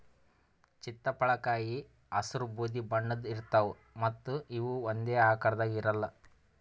ಚಿತ್ತಪಳಕಾಯಿ ಹಸ್ರ್ ಬೂದಿ ಬಣ್ಣದ್ ಇರ್ತವ್ ಮತ್ತ್ ಇವ್ ಒಂದೇ ಆಕಾರದಾಗ್ ಇರಲ್ಲ್